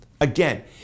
Again